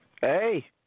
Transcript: Hey